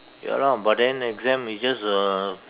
ya lah but then exam is just a